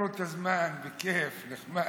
תעבירו את הזמן בכיף, נחמד.